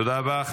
תודה רבה.